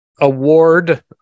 award